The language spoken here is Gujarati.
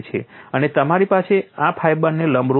અને તમારી પાસે આ ફાઇબરને લંબરૂપ છે